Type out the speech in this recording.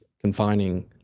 confining